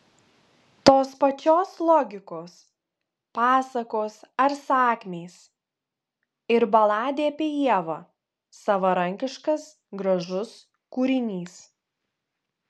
tos pačios logikos pasakos ar sakmės ir baladė apie ievą savarankiškas gražus kūrinys